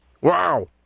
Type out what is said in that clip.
Wow